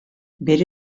bere